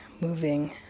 moving